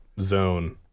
zone